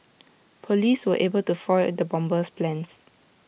Police were able to foil the bomber's plans